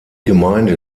gemeinde